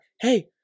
hey